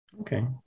Okay